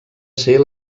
ser